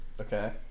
Okay